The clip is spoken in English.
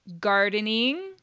gardening